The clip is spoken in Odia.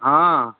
ହଁ